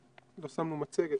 לא שמנו מצגת,